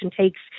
takes